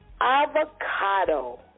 Avocado